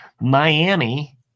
Miami